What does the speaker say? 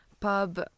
pub